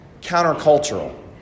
countercultural